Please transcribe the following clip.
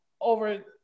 over